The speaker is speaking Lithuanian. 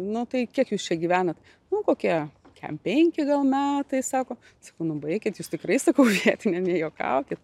nu tai kiek jūs čia gyvenat nu kokie kem penki metai sako sakau nu baikit jūs tikrai sakau vietinė nejuokaukit